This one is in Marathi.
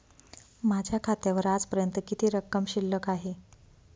माझ्या खात्यावर आजपर्यंत किती रक्कम शिल्लक आहे?